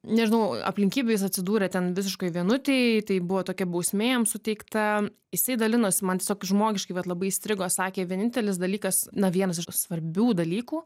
nežinau aplinkybių jis atsidūrė ten visiškai vienutėj tai buvo tokia bausmė jam suteikta jisai dalinosi man tiesiog žmogiškai vat labai įstrigo sakė vienintelis dalykas na vienas iš svarbių dalykų